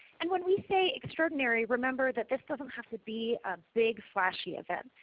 and when we say extraordinary, remember that this doesn't have to be a big flashy event.